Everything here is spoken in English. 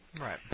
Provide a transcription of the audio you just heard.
Right